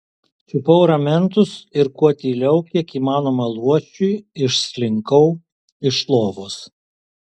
čiupau ramentus ir kuo tyliau kiek įmanoma luošiui išslinkau iš lovos